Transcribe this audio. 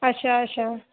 अच्छा अच्छा